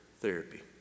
therapy